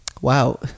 wow